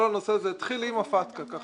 כל הנושא הזה התחיל עם ה-FATKA כך